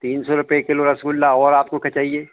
तीन सौ रुपए किलो रसगुल्ला और आपको क्या चाहिए